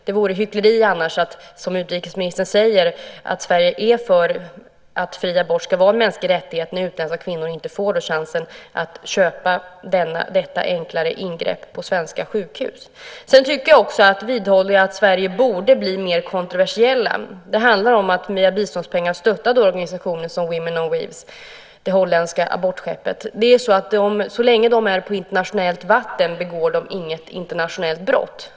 Det vore annars hyckleri att, som utrikesministern säger, Sverige är för att fri abort ska vara en mänsklig rättighet när utländska kvinnor inte får chans att köpa detta enklare ingrepp på svenska sjukhus. Jag vidhåller också att Sverige borde blir mer kontroversiellt. Det handlar om att via biståndspengar stötta organisationer som Women on waves och deras abortskepp. Så länge man är på internationellt vatten begår man inget internationellt brott.